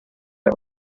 der